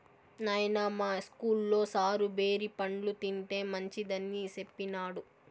నాయనా, మా ఇస్కూల్లో సారు బేరి పండ్లు తింటే మంచిదని సెప్పినాడు